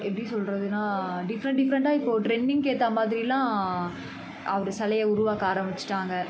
எப்படி சொல்கிறதுனா டிஃப்ரண்ட் டிஃப்ரண்ட்டாக இப்போது ட்ரெண்டிங்க் ஏற்ற மாதிரியெல்லாம் அவர் சிலைய உருவாக்க ஆரமிச்சிட்டாங்கள்